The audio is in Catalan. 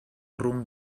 rumb